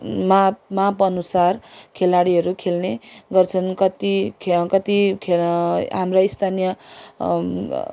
माप माप अनुसार खेलाडीहरू खेल्ने गर्छन् कति ख्य कति ख्य हाम्रा स्थानीय